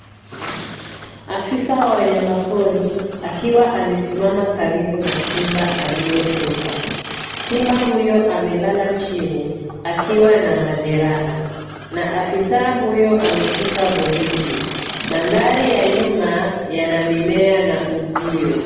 Afisa wa wanyama pori akiwa amesimama karibu na simba aliyekufa. Simba huyo amelala chini akiwa na majeraha na afisa huyo ameshika bunduki. Mandhari ya nyuma yana mimea na uzio.